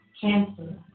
cancer